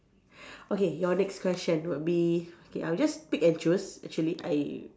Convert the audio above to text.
okay your next question would be okay I'll just pick and choose actually I